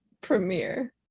premiere